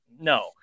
no